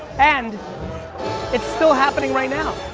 and it's still happening right now.